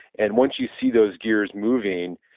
and once you see those gears moving,